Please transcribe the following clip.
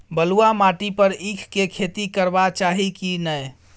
बलुआ माटी पर ईख के खेती करबा चाही की नय?